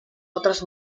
otros